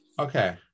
okay